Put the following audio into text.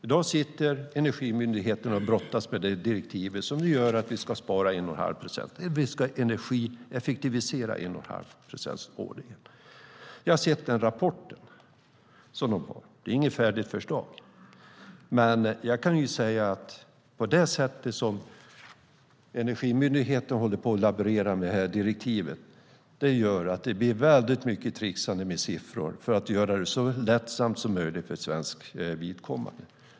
I dag brottas Energimyndigheten med direktivet att vi ska energieffektivisera med 1 1⁄2 procent årligen. Jag har sett rapporten; det är inget färdigt förslag.